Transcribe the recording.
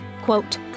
quote